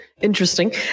Interesting